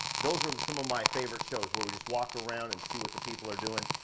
those were some of my favorite shows, where we just walk around and see what the people are doing.